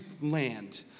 land